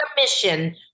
mission